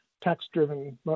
tax-driven